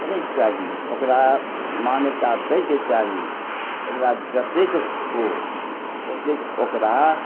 करयके चाही ओकरा मान्यता दइके चाही ओकरा जतेक हो ओतेक ओकरा